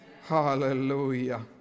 Hallelujah